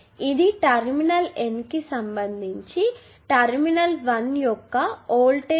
ఇది terminal N కి సంబంధించి టెర్మినల్ 1 యొక్క వోల్టేజ్